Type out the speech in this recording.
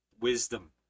wisdom